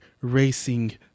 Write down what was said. Racing